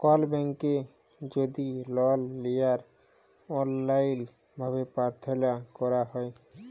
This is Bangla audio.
কল ব্যাংকে যদি লল লিয়ার অললাইল ভাবে পার্থলা ক্যরা হ্যয়